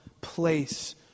place